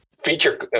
Feature